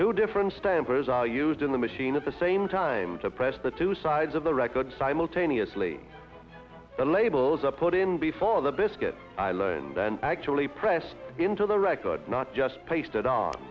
two different stay in prison are used in the machine at the same time to press the two sides of the record simultaneously the labels are put in before the biscuit i learn then actually press into the record not just pasted on